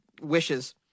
wishes